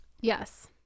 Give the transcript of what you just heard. Yes